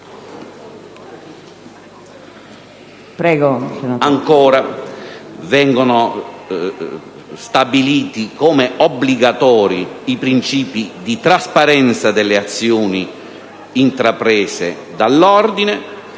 Vengono altresì stabiliti come obbligatori i principi di trasparenza delle azioni intraprese dall'ordine,